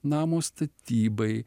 namo statybai